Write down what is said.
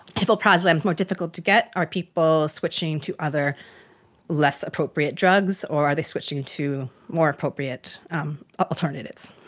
if alprazolam is more difficult to get, are people switching to other less appropriate drugs or are they switching to more appropriate um alternatives.